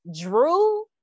drew